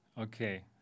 Okay